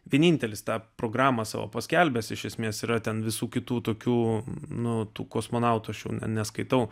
vienintelis tą programą savo paskelbęs iš esmės yra ten visų kitų tokių nuo tų kosmonautų aš jau neskaitau